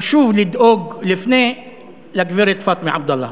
חשוב לדאוג לפני כן לגברת פאטמה עבדאללה.